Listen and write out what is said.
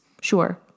sure